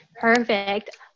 Perfect